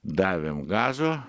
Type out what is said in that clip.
davėme gazo